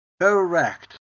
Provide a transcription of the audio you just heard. Correct